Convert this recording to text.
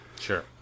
Sure